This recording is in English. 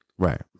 Right